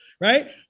right